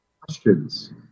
Questions